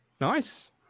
Nice